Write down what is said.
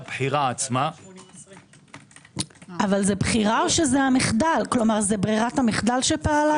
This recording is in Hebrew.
אבל זה ברירת המחדל שפעלה פה?